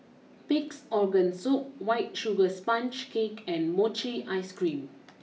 Pig's Organ Soup White Sugar Sponge Cake and Mochi Ice cream